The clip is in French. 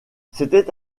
c’était